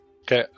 Okay